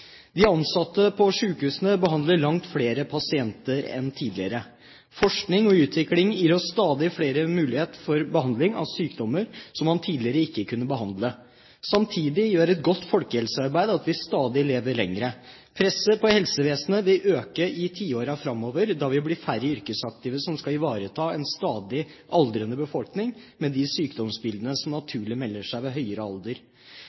De ansatte på sykehusene behandler langt flere pasienter enn tidligere. Forskning og utvikling gir stadig flere mulighet for behandling av sykdommer som man tidligere ikke kunne behandle. Samtidig gjør et godt folkehelsearbeid at vi lever stadig lenger. Presset på helsevesenet vil øke i tiårene framover, da vi blir færre yrkesaktive som skal ivareta en stadig aldrende befolkning, med de sykdomsbildene som naturlig melder seg ved høyere alder.